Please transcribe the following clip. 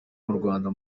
murwanda